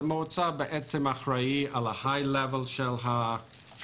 המועצה אחראית על ה- high level של הקרן,